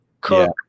cook